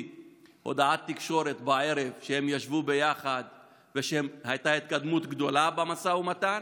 הודעה לתקשורת בערב שהם ישבו ביחד ושהייתה התקדמות גדולה במשא ומתן,